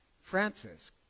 Francis